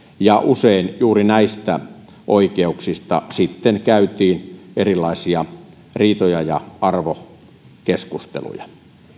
ja usein juuri näistä oikeuksista sitten käytiin erilaisia riitoja ja arvokeskusteluja